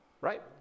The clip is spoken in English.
right